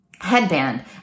headband